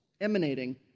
emanating